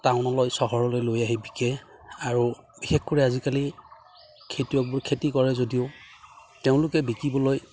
টাউনলৈ চহৰলৈ লৈ আহি বিকে আৰু বিশেষ কৰি আজিকালি খেতিয়কবোৰ খেতি কৰে যদিও তেওঁলোকে বিকিবলৈ